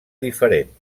diferent